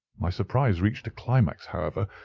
my surprise reached a climax, however,